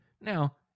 Now